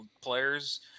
players